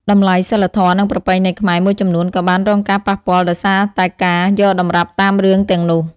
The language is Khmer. តម្លៃសីលធម៌និងប្រពៃណីខ្មែរមួយចំនួនក៏បានរងការប៉ះពាល់ដោយសារតែការយកតម្រាប់តាមរឿងទាំងនោះ។